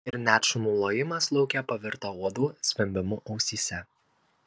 ir net šunų lojimas lauke pavirto uodų zvimbimu ausyse